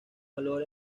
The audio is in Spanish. valor